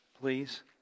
please